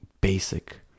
basic